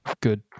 good